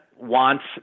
wants